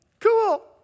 Cool